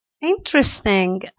Interesting